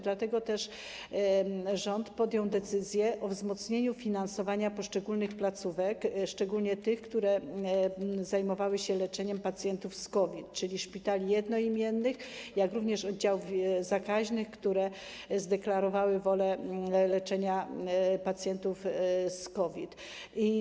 Dlatego też rząd podjął decyzję o wzmocnieniu finansowania poszczególnych placówek, szczególnie tych, które zajmowały się leczeniem pacjentów z COVID-19, czyli zarówno szpitali jednoimiennych, jak również oddziałów zakaźnych, które deklarowały wolę leczenia pacjentów z COVID-19.